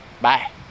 Bye